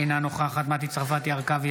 אינה נוכחת מטי צרפתי הרכבי,